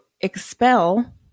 expel